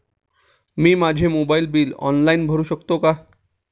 मी माझे mobile bill online भरू शकते का?